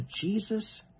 Jesus